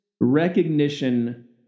recognition